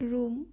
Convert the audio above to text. room